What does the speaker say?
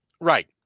right